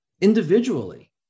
individually